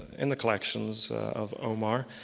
in the collections of omar.